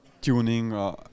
tuning